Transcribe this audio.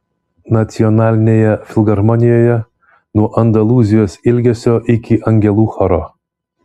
nacionalinėje filharmonijoje nuo andalūzijos ilgesio iki angelų choro